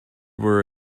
were